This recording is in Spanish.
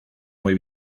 muy